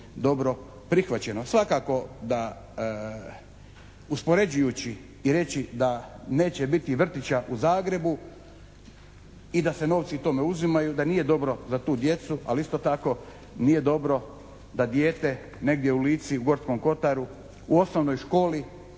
dobro prihvaćeno. Svakako da uspoređujući i reći da neće biti vrtića u Zagrebu i da se novci tome uzimaju i da nije dobro za tu djecu ali isto tako nije dobro da dijete u Lici, Gorskom kotaru, u osnovnoj školi